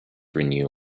renew